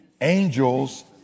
Angels